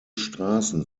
straßen